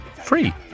free